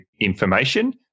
information